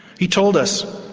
he told us,